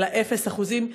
אלא אפס אחוזים,